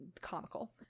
comical